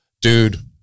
dude